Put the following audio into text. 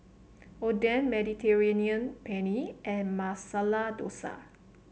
Oden Mediterranean Penne and Masala Dosa